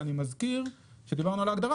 ואני מזכיר שכשדיברנו על ההגדרה,